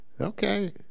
Okay